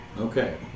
Okay